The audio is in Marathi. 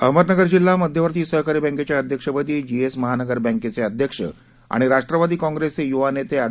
अहमदनगर जिल्हा मध्यवर्ती सहकारी बँकेच्या अध्यक्षपदी जीएस महानगर बँकेचे अध्यक्ष आणि राष्ट्रवादी काँग्रेसचे युवा नेते अँड